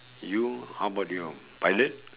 you how about you pilot